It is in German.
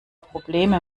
probleme